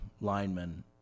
linemen